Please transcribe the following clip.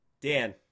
Dan